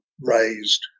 raised